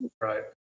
Right